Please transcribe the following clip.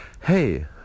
hey